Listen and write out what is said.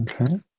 Okay